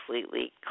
completely